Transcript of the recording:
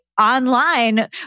online